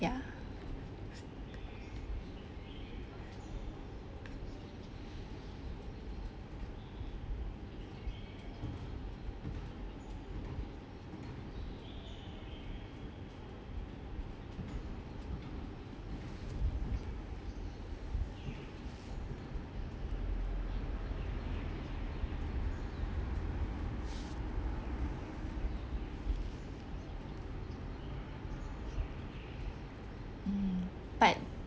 ya mm but